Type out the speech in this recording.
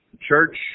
Church